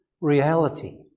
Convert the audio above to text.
reality